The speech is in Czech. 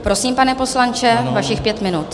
Prosím, pane poslanče, vašich pět minut.